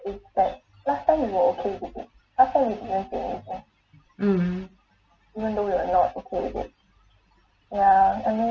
mm